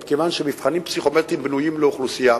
מכיוון שמבחנים פסיכומטריים בנויים לאוכלוסייה